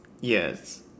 Yes